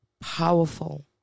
powerful